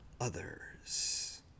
others